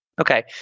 Okay